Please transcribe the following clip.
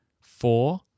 four